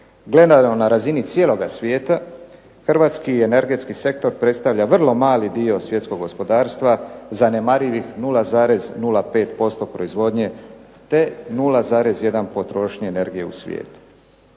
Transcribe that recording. Gledano na razini cijeloga svijeta hrvatski energetski sektora predstavlja vrlo mali dio svjetskog gospodarstva, zanemarivih 0,05% proizvodnje te 0,1% potrošnje energije u svijetu.